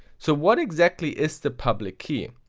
so what exactly is the public key.